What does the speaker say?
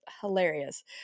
hilarious